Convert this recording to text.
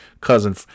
Cousin